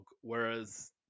whereas